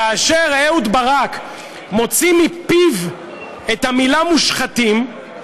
כאשר אהוד ברק מוציא מפיו את המילה "מושחתים",